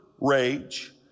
rage